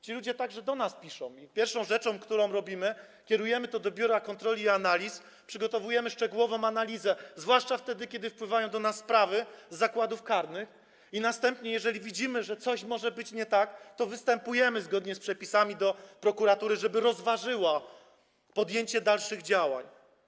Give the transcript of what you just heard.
Ci ludzie także do nas piszą i pierwsza rzecz, którą robimy, to kierujemy to do biura kontroli i analiz, przygotowujemy szczegółową analizę, zwłaszcza wtedy kiedy wpływają do nas sprawy z zakładów karnych, i następnie jeżeli widzimy, że coś może być nie tak, to występujemy zgodnie z przepisami do prokuratury, żeby rozważyła podjęcie dalszych działań.